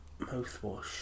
Mouthwash